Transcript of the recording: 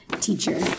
teacher